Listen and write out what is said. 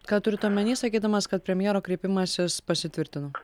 ką turit omeny sakydamas kad premjero kreipimasis pasitvirtino